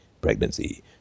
Pregnancy